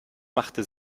machte